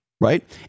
right